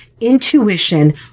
intuition